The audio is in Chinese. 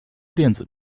电子